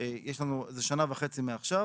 יש לנו, זה שנה וחצי מעכשיו.